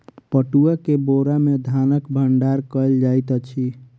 पटुआ के बोरा में धानक भण्डार कयल जाइत अछि